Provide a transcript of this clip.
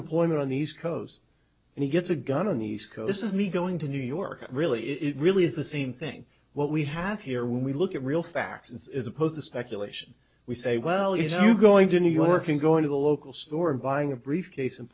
employment on the east coast and he gets a gun on the east coast has me going to new york really it really is the same thing what we have here when we look at real facts is opposed to speculation we say well you going to new york and going to the local store and buying a briefcase and